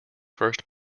first